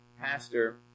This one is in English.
pastor